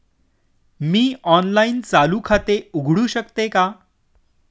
मी online चालू खाते उघडू शकते का?